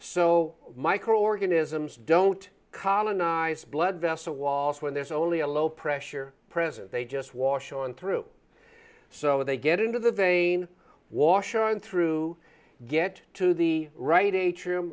so microorganisms don't colonise blood vessel walls when there's only a low pressure present they just watch on through so they get into the vein was shown through get to the right atrium